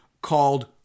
called